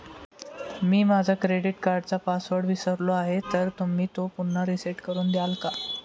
मी माझा क्रेडिट कार्डचा पासवर्ड विसरलो आहे तर तुम्ही तो पुन्हा रीसेट करून द्याल का?